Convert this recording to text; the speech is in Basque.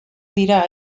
dira